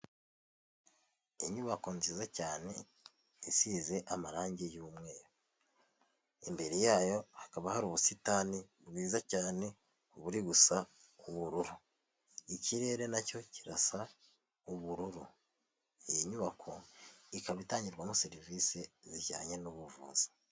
Inyubako nziza cyane isize amarangi y'umweru, imbere yayo hakaba hari ubusitani bwiza cyane buri gusa ubururu ikirere nacyo kirasa ubururu, iyi nyubako ikaba itangirwamo serivisi zijyanye n'ubuvuzi.